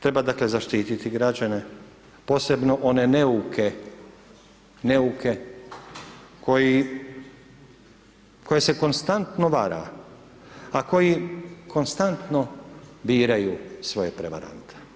Treba dakle, zaštiti građane, posebno one neuke koje se konstantno vara, a koji konstantno biraju svoje prevarante.